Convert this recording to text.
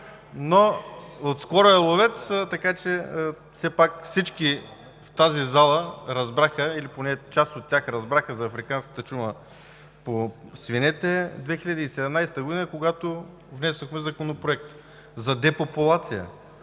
но отскоро е ловец. Всички в тази зала разбраха или поне част от тях разбраха за африканската чума по свинете 2017 г., когато внесохме Законопроекта за депопулация,